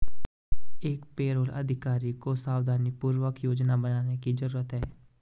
एक पेरोल अधिकारी को सावधानीपूर्वक योजना बनाने की जरूरत है